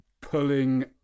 pulling